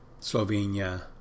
Slovenia